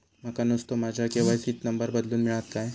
माका नुस्तो माझ्या के.वाय.सी त नंबर बदलून मिलात काय?